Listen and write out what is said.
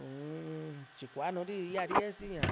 uu-m kuanu ri íyari yasi ña